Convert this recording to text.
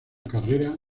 carrera